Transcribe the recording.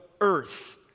earth